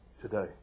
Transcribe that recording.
today